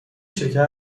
شکر